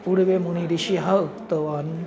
पूर्वे मुनिः ऋषयः उक्तवान्